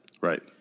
Right